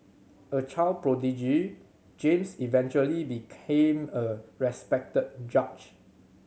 a child prodigy James eventually became a respected judge